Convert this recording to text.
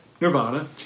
Nirvana